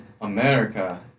America